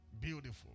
Beautiful